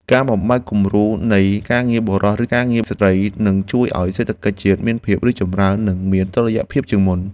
ការបំបែកគំរូនៃ ការងារបុរស ឬការងារស្ត្រី នឹងជួយឱ្យសេដ្ឋកិច្ចជាតិមានភាពរឹងមាំនិងមានតុល្យភាពជាងមុន។